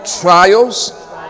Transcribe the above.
trials